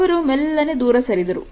ಅವರು ಮೆಲ್ಲನೆ ದೂರಸರಿದರು